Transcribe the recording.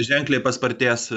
ženkliai paspartės